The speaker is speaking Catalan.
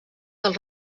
del